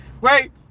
Wait